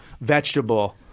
Vegetable